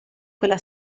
quella